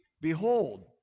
Behold